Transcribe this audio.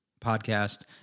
podcast